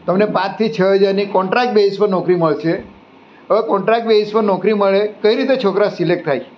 તમને પાંચથી છ હજારની કોન્ટ્રાક્ટ બેઝ પર નોકરી મળશે હવે કોન્ટ્રાક્ટ બેઝ પર નોકરી મળે કઈ રીતે છોકરા સિલેક્ટ થાય